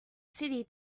city